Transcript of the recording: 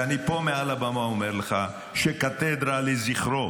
ואני פה מעל הבמה אומר לך שקתדרה לזכרו